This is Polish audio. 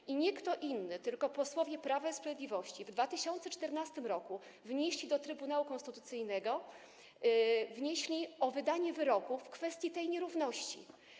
Dlatego nie kto inny, tylko posłowie Prawa i Sprawiedliwości w 2014 r. wnieśli do Trybunału Konstytucyjnego o wydanie wyroku w kwestii tej nierówności.